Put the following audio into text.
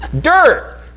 Dirt